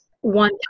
one